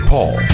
Paul